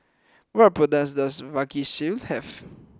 what products does Vagisil have